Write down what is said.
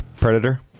Predator